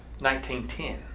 1910